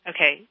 Okay